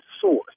source